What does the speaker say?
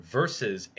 versus